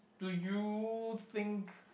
do you think